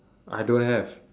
I don't have